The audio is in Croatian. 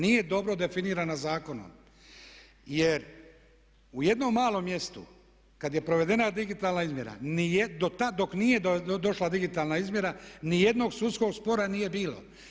Nije dobro definirana zakonom jer u jednom malom mjestu kad je provedena digitalna izmjera nije do tad dok nije došla digitalna izmjera, ni jednog sudskog spora nije bilo.